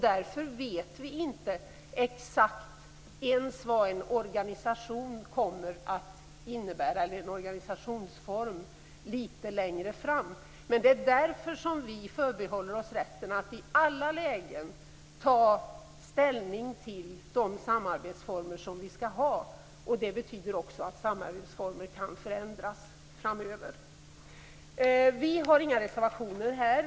Därför vet vi inte exakt ens vad en organisationsform kommer att innebära litet längre fram. Men därför förbehåller vi oss rätten att i alla lägen ta ställning till de samarbetsformer vi skall ha. Det betyder också att samarbetsformer kan förändras framöver. Vi har inga reservationer.